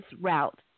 route